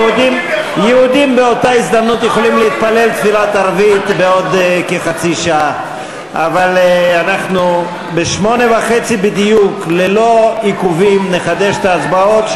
אנחנו עכשיו נצא להפסקה עד 20:30. ב-20:30 בדיוק נחדש את ההצבעות.